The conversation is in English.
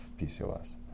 PCOS